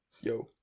Yo